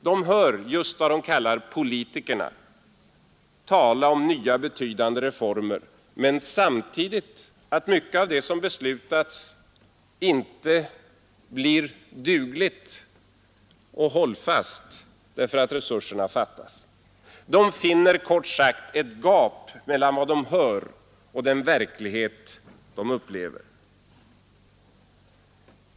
De hör just vad de kallar ”politikerna” tala om nya betydande reformer, men finner samtidigt att mycket av det som beslutats inte blir dugligt och hållfast därför att resurserna fattas. De finner kort sagt ett gap mellan vad de hör och den verklighet de upplever.